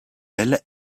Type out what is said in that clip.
ailes